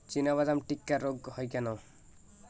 চিনাবাদাম টিক্কা রোগ হয় কেন?